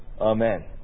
Amen